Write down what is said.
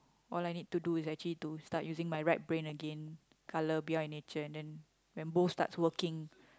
all I need to do is actually to start using my right brain again colour behind nature and then rainbow starts working